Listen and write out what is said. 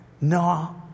no